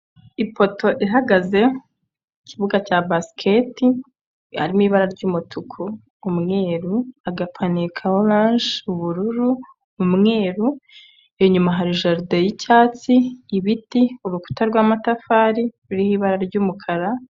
Ipoto ihagaze, ikibuga cya basiketi harimo ibara ry'umutuku, umweru, agapaniye ka oranje ubururu, umweru. Inyuma hari jaride y'icyatsi, ibiti, urukuta rw'amatafari ruriho ibara ry'umukara.